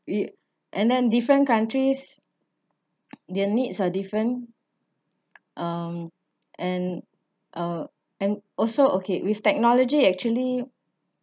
we and then different countries their needs are different um and uh and also okay with technology actually